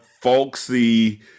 folksy